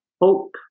hope